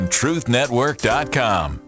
truthnetwork.com